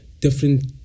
different